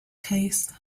case